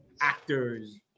actors